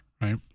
right